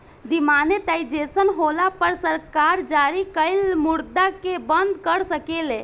demonetisation होला पर सरकार जारी कइल मुद्रा के बंद कर सकेले